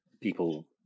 people